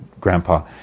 grandpa